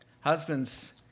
husbands